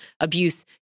abuse